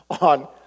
on